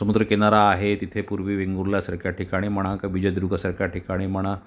समुद्रकिनारा आहे तिथे पूर्वी वेंगुर्लासारख्या ठिकाणी म्हणा का विजयदुर्गसारख्या ठिकाणी म्हणा